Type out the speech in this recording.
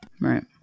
right